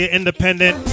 independent